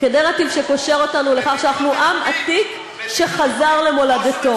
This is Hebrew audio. כנרטיב שקושר אותנו לכך שאנחנו עם עתיק שחזר למולדתו.